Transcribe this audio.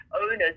owners